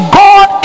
god